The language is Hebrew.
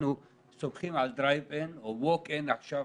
אנחנו סומכים על דרייב אין או על ווק אין חדש עכשיו,